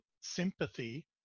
sympathy